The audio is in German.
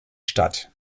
stadt